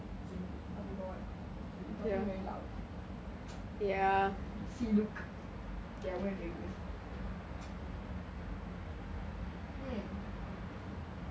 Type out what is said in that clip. I'm bored we talking very loud see look okay I'm gonna drink this first eh